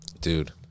Dude